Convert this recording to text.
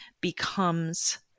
becomes